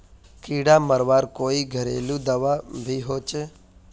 कीड़ा मरवार कोई घरेलू दाबा भी होचए?